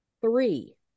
three